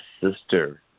sister